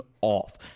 off